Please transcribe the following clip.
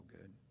good